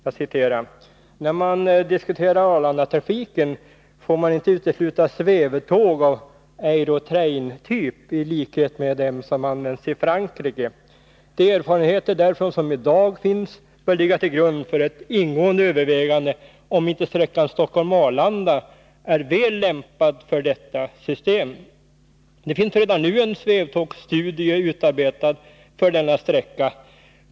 Där står följande: ”När man diskuterar Arlandatrafiken får man inte utesluta svävtåg av Aerotraintyp — i likhet med dem som används i Frankrike. De erfarenheter därifrån som i dag finns bör ligga till grund för ett ingående övervägande om inte sträckan Stockholm-Arlanda är väl lämpad för detta system. Det finns redan nu en svävtågsstudie utarbetad för denna sträcka.